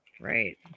Right